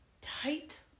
tight